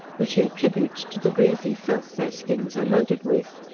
which he attributes to the greasy filth their skins are loaded with.